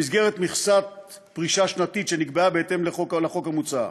במסגרת מכסת פרישה שנתית שנקבעה בהתאם לחוק המוצע.